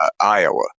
Iowa